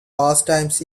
pastimes